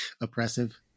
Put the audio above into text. oppressive